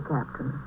Captain